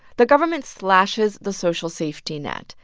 the government slashes the social safety net.